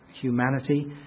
humanity